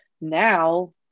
now